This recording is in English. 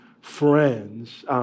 friends